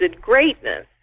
greatness